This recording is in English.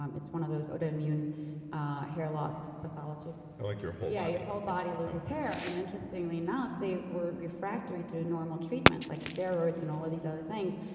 um it's one of those auto-immune ah hair-loss pathologies like your whole body. yeah, your whole body loses hair. and interestingly enough, they were refractory through normal treatment, like steroids and all of these other things.